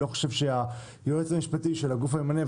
אני לא חושב שהיועץ המשפטי של הגוף הממנה,